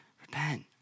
repent